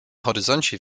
horyzoncie